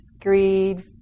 greed